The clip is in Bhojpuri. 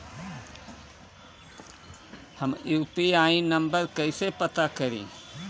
हम यू.पी.आई नंबर कइसे पता करी?